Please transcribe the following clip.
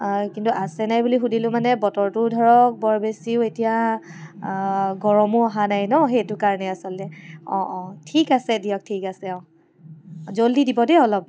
কিন্তু আছে নাই বুলি সুধিলো মানে বতৰটো ধৰক বৰ বেছিও এতিয়া গৰমো অহা নাই ন' সেইটো কাৰণে আচলতে অ' অ' ঠিক আছে দিয়ক ঠিক আছে অ' জল্ডি দিব দেই অলপ